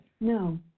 No